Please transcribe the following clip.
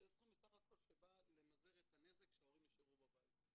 שזה סכום בסך הכל שבא למזער את הנזק שההורים יישארו בבית.